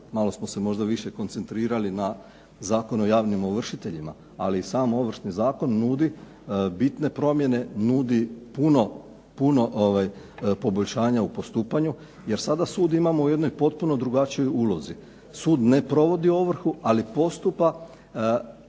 malo smo se možda više koncentrirali na Zakon o javnim ovršiteljima, ali i sam Ovršni zakon nudi bitne promjene, nudi puno poboljšanja u postupanju. Jer sada sud imamo u jednoj potpuno drugačijoj ulozi. Sud ne provodi ovrhu, ali postupa